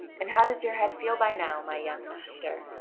and how does your head feel by now, my young master?